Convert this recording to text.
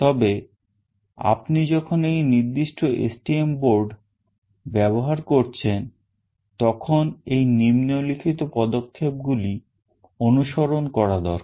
তবে আপনি যখন এই নির্দিষ্ট STM বোর্ড ব্যবহার করছেন তখন এই নিম্নলিখিত পদক্ষেপগুলি অনুসরণ করা দরকার